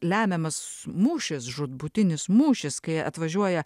lemiamas mūšis žūtbūtinis mūšis kai atvažiuoja